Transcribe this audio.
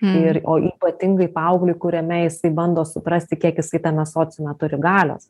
ir o ypatingai paaugliui kuriame jisai bando suprasti kiek jisai tame sociume turi galios